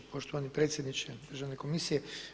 Poštovani predsjedniče državne komisije.